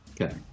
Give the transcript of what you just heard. Okay